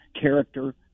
character